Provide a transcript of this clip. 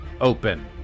open